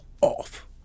off